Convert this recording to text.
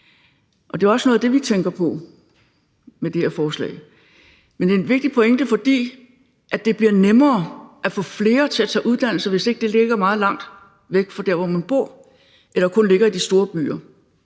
Det er også noget af det, vi tænker på med det her forslag. Det er en vigtig pointe, fordi det bliver nemmere at få flere til at tage uddannelser, hvis det ikke ligger meget langt væk fra der, hvor man bor, eller kun ligger i de store byer.